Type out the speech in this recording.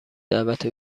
دعوت